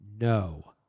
no